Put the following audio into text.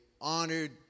honored